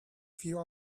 fill